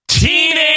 Teenage